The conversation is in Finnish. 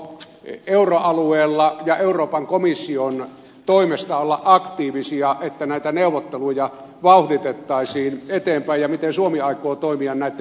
aiotaanko euroalueella ja euroopan komission toimesta olla aktiivisia että neuvotteluja vauhditettaisiin eteenpäin ja miten suomi aikoo toimia näitten vauhdittamiseksi